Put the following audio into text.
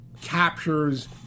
captures